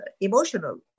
emotional